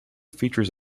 features